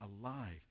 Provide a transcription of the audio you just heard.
alive